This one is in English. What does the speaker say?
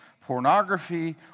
pornography